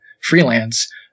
freelance